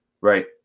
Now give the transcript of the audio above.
right